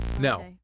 No